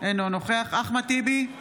אינו נוכח אחמד טיבי,